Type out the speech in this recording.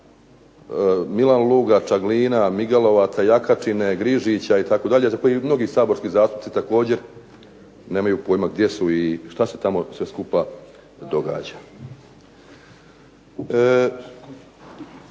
MIlanluga, Čaglina, MIgalovaca, Jahačine, GRiziča, itd., za koje mnogi saborski zastupnici također nemaju pojma gdje su i što se tamo sve skupa događa.